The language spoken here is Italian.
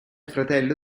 fratello